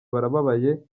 barababaye